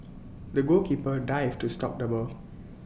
the goalkeeper dived to stop the ball